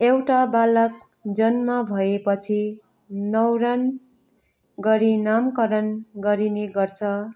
एउटा बालक जन्म भएपछि न्वारान गरी नामकरण गरिने गर्छ